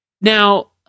Now